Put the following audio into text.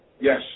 yes